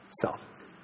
self